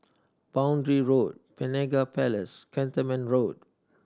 Boundary Road Penaga Place Cantonment Road